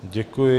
Děkuji.